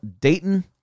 Dayton